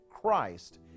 Christ